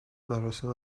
مراسم